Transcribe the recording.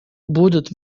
будут